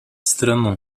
страну